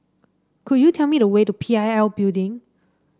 could you tell me the way to P I L Building